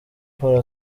paul